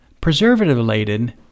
preservative-laden